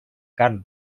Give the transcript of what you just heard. carn